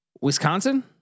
Wisconsin